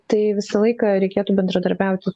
tai visą laiką reikėtų bendradarbiauti